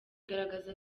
igaragaza